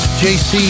jc